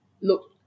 look